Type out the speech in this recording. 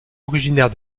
originaire